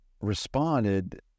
responded